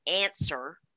answer